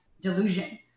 delusion